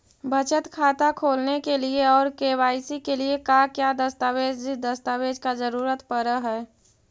बचत खाता खोलने के लिए और के.वाई.सी के लिए का क्या दस्तावेज़ दस्तावेज़ का जरूरत पड़ हैं?